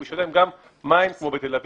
הוא ישלם גם מים כמו בתל אביב.